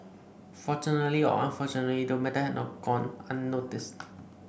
fortunately or unfortunately the matter had not gone unnoticed